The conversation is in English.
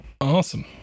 Awesome